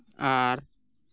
ᱟᱨ